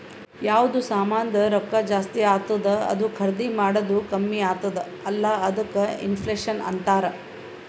ಯಾವ್ದು ಸಾಮಾಂದ್ ರೊಕ್ಕಾ ಜಾಸ್ತಿ ಆತ್ತುದ್ ಅದೂ ಖರ್ದಿ ಮಾಡದ್ದು ಕಮ್ಮಿ ಆತ್ತುದ್ ಅಲ್ಲಾ ಅದ್ದುಕ ಇನ್ಫ್ಲೇಷನ್ ಅಂತಾರ್